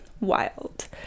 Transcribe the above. wild